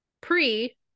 pre